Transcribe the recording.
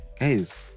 guys